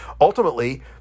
ultimately